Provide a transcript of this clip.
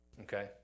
okay